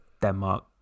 Denmark